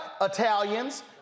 Italians